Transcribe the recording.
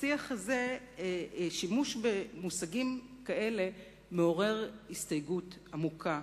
בשיח הזה שימוש במושגים כאלה מעורר הסתייגות עמוקה.